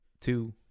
two